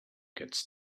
gets